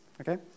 Okay